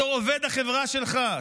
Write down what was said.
בתור עובד החברה שלך,